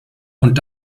und